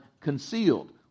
concealed